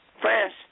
France